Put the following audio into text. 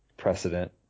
precedent